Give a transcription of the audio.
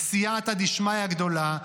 בסייעתא דשמיא גדולה,